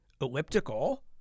elliptical